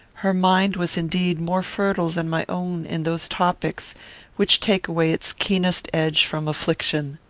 her mind was indeed more fertile than my own in those topics which take away its keenest edge from affliction.